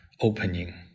opening